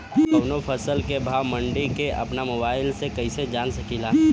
कवनो फसल के भाव मंडी के अपना मोबाइल से कइसे जान सकीला?